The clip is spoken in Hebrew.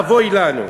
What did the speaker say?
אבוי לנו,